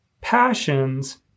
passions